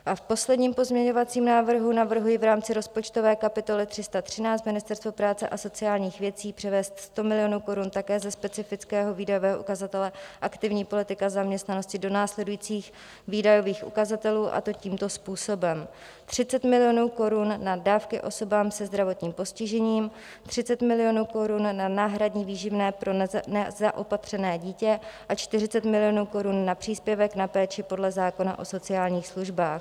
V posledním pozměňovacím návrhu navrhuji v rámci rozpočtové kapitoly 313 Ministerstvo práce a sociálních věcí převést 100 milionů korun také specifického výdajového ukazatele Aktivní politika zaměstnanosti do následujících výdajových ukazatelů, a to tímto způsobem: 30 milionů korun na dávky osobám se zdravotním postižením, 30 milionů korun na náhradní výživné pro nezaopatřené dítě a 40 milionů korun na příspěvek na péči podle zákona o sociálních službách.